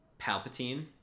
Palpatine